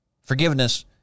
Forgiveness